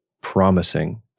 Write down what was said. promising